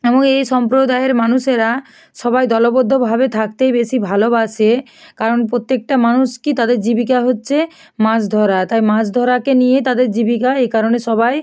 এবং এই সম্প্রদায়ের মানুষেরা সবাই দলবদ্ধভাবে থাকতেই বেশি ভালোবাসে কারণ প্রত্যেকটা মানুষ কী তাদের জীবিকা হচ্ছে মাছ ধরা তাই মাছ ধরাকে নিয়েই তাদের জীবিকা এ কারণে সবাই